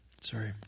Sorry